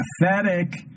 Pathetic